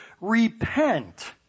repent